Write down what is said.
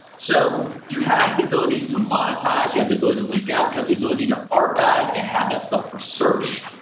so you have the ability to monetize. you have the ability to link out. you have the ability to archive and have that stuff for search.